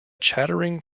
chattering